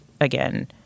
again